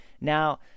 Now